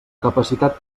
capacitat